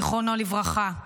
זיכרונו לברכה.